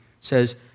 says